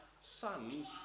sons